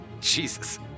Jesus